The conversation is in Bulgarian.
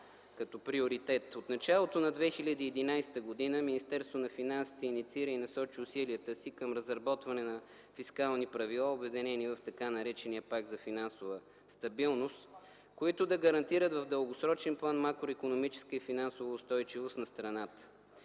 като приоритет. От началото на 2011 г. Министерството на финансите инициира и насочи усилията си към разработване на фискални правила, обединени в така наречения Пакт за финансова стабилност, които да гарантират в дългосрочен план макроикономическа и финансова устойчивост на страната.